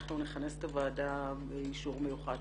אנחנו נכנס את הוועדה באישור מיוחד